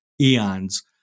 eons